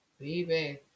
baby